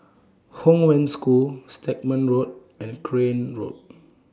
Hong Wen School Stagmont Road and Crane Road